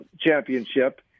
championship